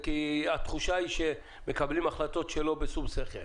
כי התחושה היא שמקבלים החלטות שלא בשום שכל.